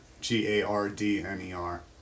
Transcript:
G-A-R-D-N-E-R